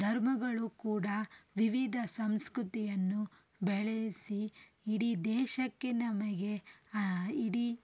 ಧರ್ಮಗಳು ಕೂಡ ವಿವಿಧ ಸಂಸ್ಕತಿಯನ್ನು ಬೆಳೆಸಿ ಇಡೀ ದೇಶಕ್ಕೆ ನಮಗೆ ಇಡೀ